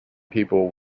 people